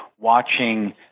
watching